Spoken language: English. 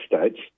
states